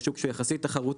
הוא שוק שהוא יחסית תחרותי,